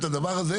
בוועדת החוקה,